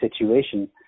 situation